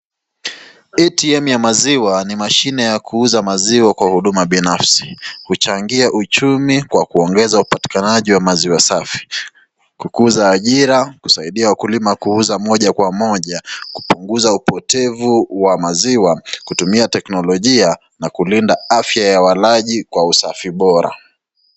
ATM ya maziwa ni mashine ya kuuza kwa uduma binafsi, uchangia uchumi kwa kuongeza upatikikanagi wa maziwa safi, kukuza ajira, kusaidia wakulima kuuza moja kwa moja kupunguza upotevu wa maziwa kutumia teknologia na kulinda walaji kwa usafi bora.